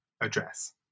address